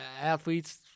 athletes